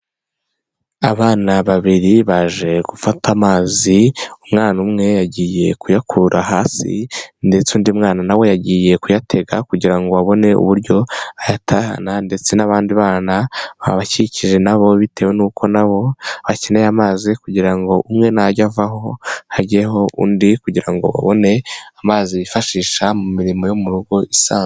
Abana babiri baje gufata amazi, umwana umwe yagiye kuyakura hasi ndetse undi mwana nawe yagiye kuyateka kugira ngo abone uburyo ayatahana ndetse n'abandi bana babakikije nabo bitewe n'uko nabo bakeneye amazi kugira ngo umwe najya avaho hajyeho undi kugira ngo babone amazi yifashisha mu mirimo yo mu rugo isa...